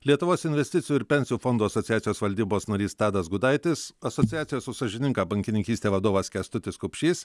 lietuvos investicijų ir pensijų fondų asociacijos valdybos narys tadas gudaitis asociacijos už sąžiningą bankininkystę vadovas kęstutis kupšys